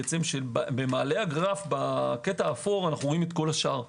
במעלה הגרף בקטע האפור רואים את כל השאר.